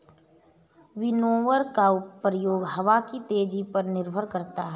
winnower का प्रयोग हवा की तेजी पर निर्भर करता है